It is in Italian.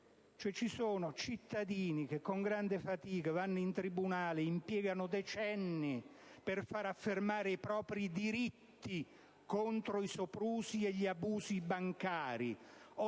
Ci sono cittadini che con grande fatica vanno in tribunale, impiegano decenni per far affermare i propri diritti contro i soprusi e gli abusi bancari,